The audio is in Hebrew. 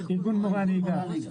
ארגון מורי הנהיגה.